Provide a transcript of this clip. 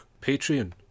Patreon